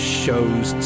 shows